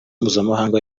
mpuzamahanga